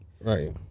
Right